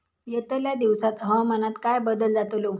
यतल्या दिवसात हवामानात काय बदल जातलो?